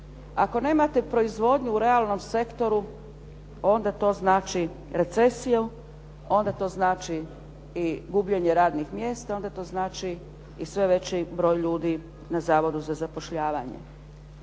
Ako nemate proizvodnju u realnom sektoru onda to znači recesiju, onda to znači i gubljenje radnih mjesta, onda to znači i sve veći broj ljudi na Zavodu za zapošljavanje.